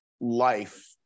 life